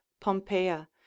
pompeia